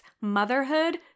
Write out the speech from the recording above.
motherhood